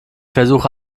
versuche